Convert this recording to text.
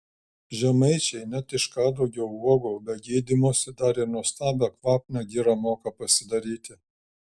žemaičiai net iš kadugio uogų be gydymosi dar ir nuostabią kvapnią girą moką pasidaryti